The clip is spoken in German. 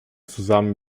zusammen